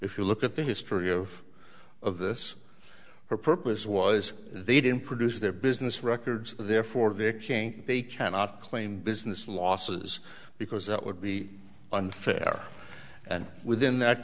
look at the history of of this her purpose was they didn't produce their business records therefore their kink they cannot claim business losses because that would be unfair and within that